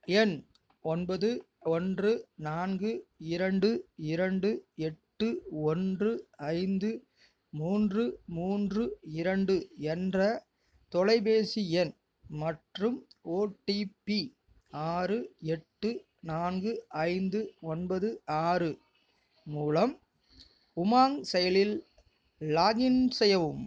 என் ஒன்பது ஒன்று நான்கு இரண்டு இரண்டு எட்டு ஒன்று ஐந்து மூன்று மூன்று இரண்டு என்ற தொலைப்பேசி எண் மற்றும் ஓடிபி ஆறு எட்டு நான்கு ஐந்து ஒன்பது ஆறு மூலம் உமாங் செயலியில் லாகின் செய்யவும்